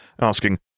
asking—